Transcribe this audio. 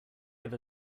over